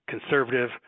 Conservative